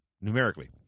numerically